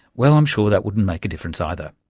well, i'm sure that wouldn't make a difference either.